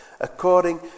according